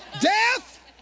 Death